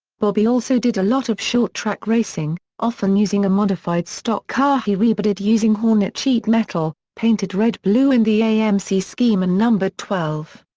bobby also did a lot of short-track racing, often using a modified stock car he rebodied using hornet sheet metal, painted redblue in the amc scheme and numbered twelve.